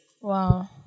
Wow